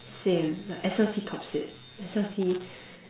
same like S_L_C tops it S_L_C